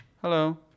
Hello